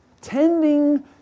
Tending